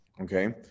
Okay